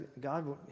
God